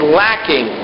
lacking